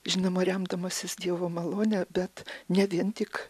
žinoma remdamasis dievo malone bet ne vien tik